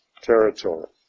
territory